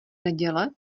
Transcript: neděle